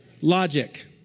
Logic